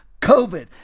COVID